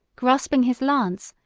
grasping his lance,